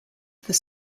this